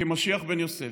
כמשיח בן יוסף.